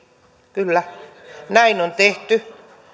kyllä